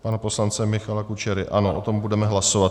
Pana poslance Michala Kučery, ano, o tom budeme hlasovat.